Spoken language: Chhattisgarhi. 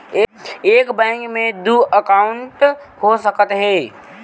एक बैंक में दू एकाउंट हो सकत हे?